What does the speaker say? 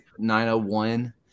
901